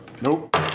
Nope